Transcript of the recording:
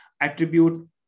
attribute